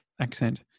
accent